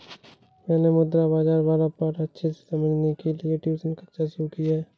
मैंने मुद्रा बाजार वाला पाठ अच्छे से समझने के लिए ट्यूशन कक्षा शुरू की है